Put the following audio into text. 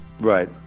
Right